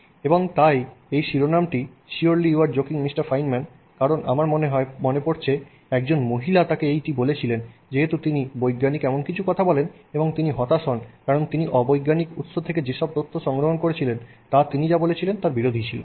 এবং তাই এই শিরোনামটি surely you are joking Mr Feynman কারণ আমার মনে পড়ছে একজন মহিলা তাকে এইটি বলেছিলেন যেহেতু তিনি বৈজ্ঞানিক কিছু কথা বলেন এবং তিনি হতাশ হন কারণ তিনি অবৈজ্ঞানিক উৎস থেকে যেসব তথ্য সংগ্রহ করেছিলেন তা তিনি যা বলেছিলেন তার বিরোধী ছিল